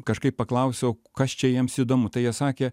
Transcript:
kažkaip paklausiau kas čia jiems įdomu tai jie sakė